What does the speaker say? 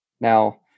Now